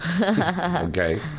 Okay